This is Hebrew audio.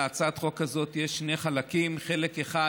להצעת החוק הזאת יש שני חלקים: חלק אחד